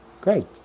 Great